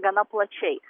gana plačiai